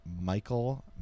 Michael